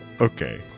okay